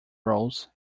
roles